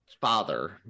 father